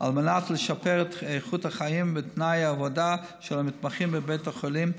על מנת לשפר את איכות החיים ותנאי העבודה של המתמחים בבית החולים.